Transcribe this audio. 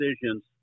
decisions